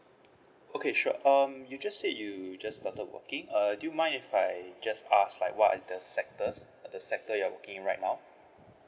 okay sure um you just said you just started working uh do you mind if I just ask like what are the sectors uh the sector you are working right now